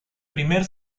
primer